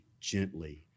gently